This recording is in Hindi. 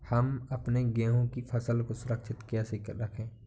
हम अपने गेहूँ की फसल को सुरक्षित कैसे रखें?